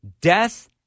death